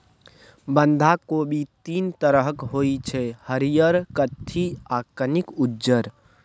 बंधा कोबी तीन तरहक होइ छै हरियर, कत्थी आ कनिक उज्जर